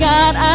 God